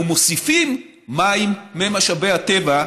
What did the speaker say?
אנחנו מוסיפים לחקלאות מים ממשאבי הטבע,